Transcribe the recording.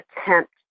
attempt